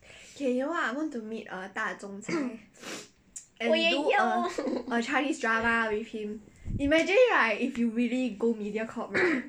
我也要